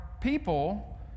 people